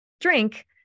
drink